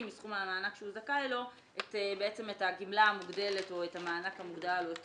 מסכום המענק שהוא זכאי לו את הגמלה המוגדלת או את המענק המוגדל או את